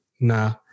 Nah